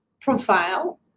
profile